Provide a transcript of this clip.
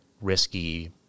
risky